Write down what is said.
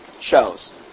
shows